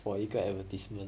for 一个 advertisement